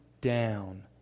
down